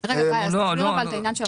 הביאו נתון שזה סך הכול